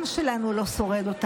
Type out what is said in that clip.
תסגרי את המשרד.